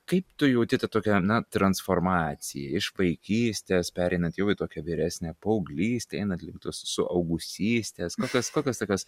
kaip tu jauti tą tokią na transformaciją iš vaikystės pereinant jau į tokią vyresnę paauglystę einant link tos suaugusystės kokios kokios tokios